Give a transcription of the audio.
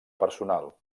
personal